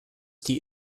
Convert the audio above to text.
die